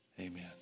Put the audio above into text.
Amen